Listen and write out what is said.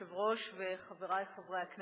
היושב-ראש, תודה רבה לך, חברי חברי הכנסת,